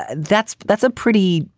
that's that's a pretty,